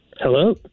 Hello